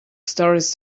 stories